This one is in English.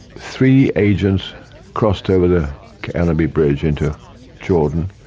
three agents crossed over the allenby bridge into jordan,